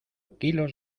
kilos